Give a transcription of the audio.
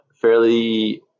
fairly